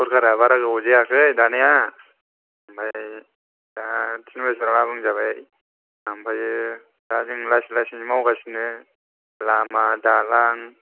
सरखारा बारा गोबाव जायाखै दानाया ओमफ्राय दा टिन बोसोरा आबुं जाबाय ओमफ्राय दा जों लासै लासैनो मावगासिनो लामा दालां